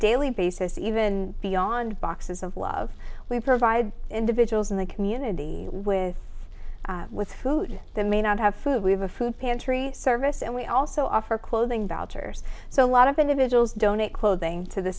daily basis even beyond boxes of love we provide individuals in the community with with food that may not have food we have a food pantry service and we also offer clothing vouchers so a lot of individuals donate clothing to the